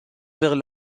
vers